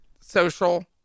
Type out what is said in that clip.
social